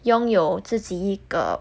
拥有自己一个